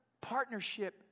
partnership